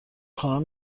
خواهم